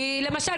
היא אומרת